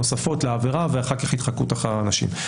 נוספות לעבירה, ואחר כך התחקות אחרי אנשים.